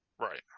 Right